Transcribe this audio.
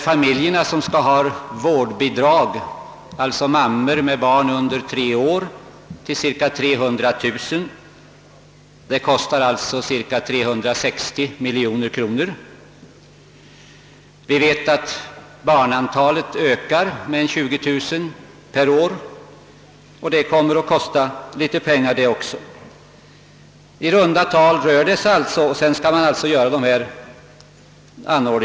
Familjerna som skall ha vårdnadsbidrag, d. v. s. mödrar med barn under tre år, kan nog uppskattas till cirka 300 060, och det kostar alltså cirka 360 miljoner kronor. Vi vet att barnantalet ökar med cirka 20 000 per år, och detta kommer också att kosta en del pengar. Dessa anordningar skall som sagt dessutom indexregleras.